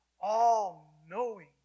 all-knowing